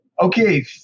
Okay